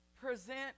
present